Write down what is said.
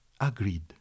agreed